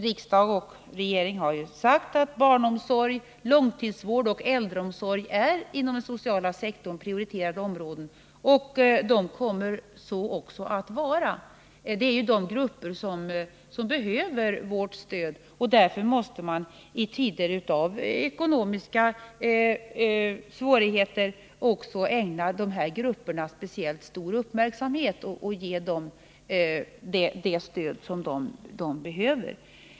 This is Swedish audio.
Riksdag och regering har som bekant sagt att barnomsorg, långtidsvård och äldreomsorg är prioriterade områden inom den sociala sektorn — och de kommer så också att vara. Det är ju de grupperna som behöver vårt stöd. Därför måste man i tider av ekonomiska svårigheter också ägna dem speciellt stor uppmärksamhet och ge dem det stöd de behöver.